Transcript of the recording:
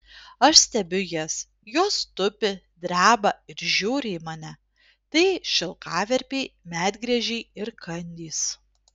aš stebiu jas jos tupi dreba ir žiūri į mane tai šilkaverpiai medgręžiai ir kandys